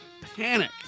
panic